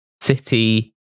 city